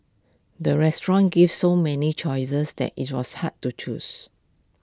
the restaurant gave so many choices that IT was hard to choose